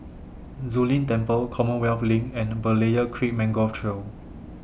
Zu Lin Temple Commonwealth LINK and Berlayer Creek Mangrove Trail